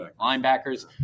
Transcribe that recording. linebackers